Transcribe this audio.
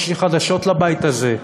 יש לי חדשות לבית הזה: